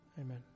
Amen